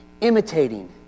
imitating